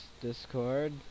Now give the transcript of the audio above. Discord